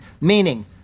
meaning